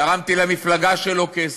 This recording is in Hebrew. "תרמתי למפלגה שלו כסף"?